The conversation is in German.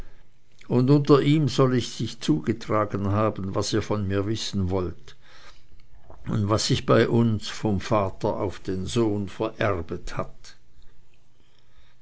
und unter ihm soll es sich zugetragen haben was ihr von mir wissen wollt und was sich bei uns von vater auf den sohn vererbet hat